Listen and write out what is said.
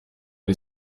the